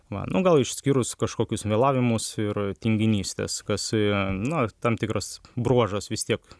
va nu gal išskyrus kažkokius vėlavimus ir tinginystes kas na tam tikras bruožas vis tiek